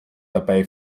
dabei